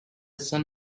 son